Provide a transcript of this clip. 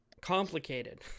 complicated